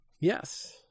Yes